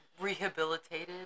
rehabilitated